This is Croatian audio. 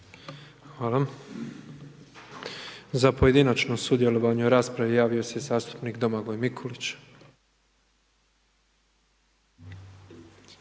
Hvala. Za pojedinačno sudjelovanje u raspravi javio se zastupnik Domagoj Mikulić.